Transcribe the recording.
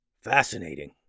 Fascinating